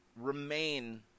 remain